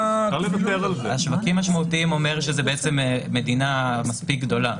שווקים משמעותיים זה אומר שזאת מדינה מספיק גדולה,